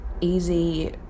easy